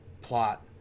plot